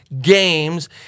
games